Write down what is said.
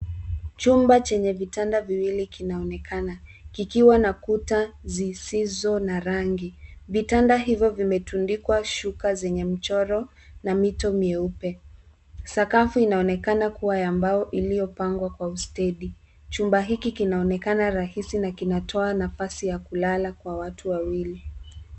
Chumba chenye vitanda viwili kinaonekana ,kikiwa na kuta zisizo na rangi. Vitanda hivo vimetundikwa shuka zenye mchoro na mito mieupe. Sakafu inaonekana kuwa ya mbao iliopangwa kwa ustedi. Chumba hiki kinaonekana rahisi na kinatoa nafasi ya kulala kwa watu wawili.